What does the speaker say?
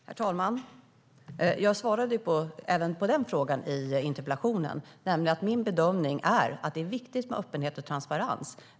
Herr talman! Jag svarade även på den frågan i interpellationssvaret. Min bedömning är att det är viktigt med öppenhet och transparens.